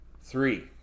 Three